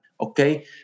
okay